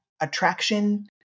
attraction